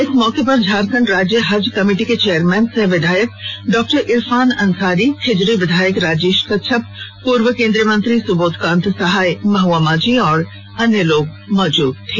इस मौके पर झारखण्ड राज्य हज कमेटी के चेयरमैन सह विधायक डॉ इरफान अंसारी खिजरी विधायक राजेश कच्छप पूर्व केंद्रीय मंत्री सुबोध कांत सहाय महुआ माझी और अन्य लोग मौजूद थे